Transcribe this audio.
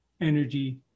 energy